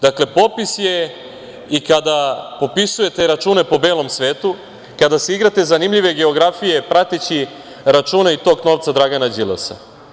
Dakle, popis je i kada popisujete račune po belom svetu, kada se igrate zanimljive geografije prateći račune i tok novca Dragana Đilasa.